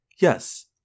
Yes